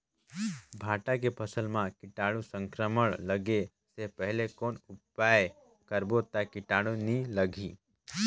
भांटा के फसल मां कीटाणु संक्रमण लगे से पहले कौन उपाय करबो ता कीटाणु नी लगही?